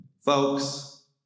Folks